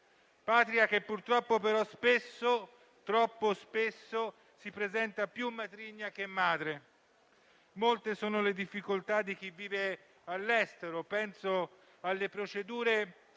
Patria che purtroppo però spesso, troppo spesso, si presenta più matrigna che madre. Molte sono le difficoltà di chi vive all'estero. Penso alle procedure